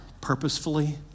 purposefully